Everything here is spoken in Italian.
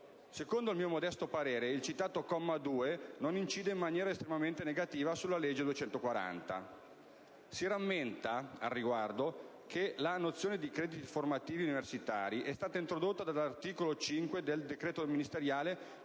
Secondo il mio modesto parere il citato comma 2, non incide in maniera estremamente negativa sulla legge n. 240. Si rammenta, al riguardo, che la nozione di crediti formativi universitari è stata introdotta dall'articolo 5 del decreto ministeriale